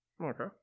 Okay